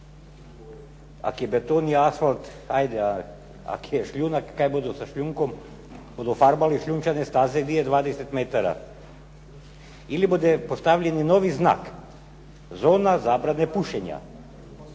Ako je beton i asfalt, ajde, ako je šljunak, kaj budu sa šljunkom. Budu farbali šljunčane staze, gdje je 20 metara. Ili bude postavljen novi znak, zona zabrane pušenja,